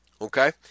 Okay